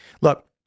Look